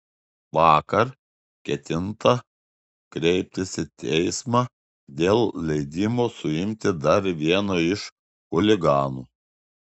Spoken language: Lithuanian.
vakar ketinta kreiptis į teismą dėl leidimo suimti dar vieną iš chuliganų